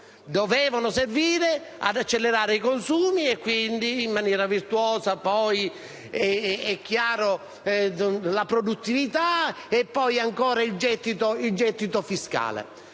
doveva servire ad accelerare i consumi e quindi, in maniera virtuosa, la produttività, e poi ancora il gettito fiscale.